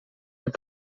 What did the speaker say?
het